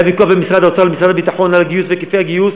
היה ויכוח בין משרד האוצר למשרד הביטחון על הגיוס והיקפי הגיוס,